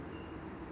mmhmm